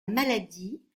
maladie